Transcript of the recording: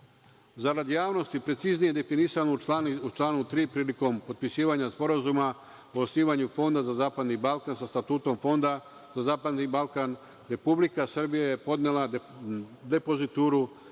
KiM.Zarad javnosti, preciznije definisano u članu 3, prilikom potpisivanja Sporazuma o osnivanju Fonda za zapadni Balkan sa statutom Fonda za zapadni Balkan Republika Srbija je podnela depozituru,